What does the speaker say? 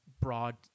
broad